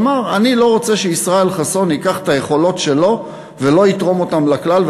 אמר: אני לא רוצה שישראל חסון ייקח את היכולות שלו ולא יתרום אותן לכלל,